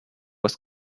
was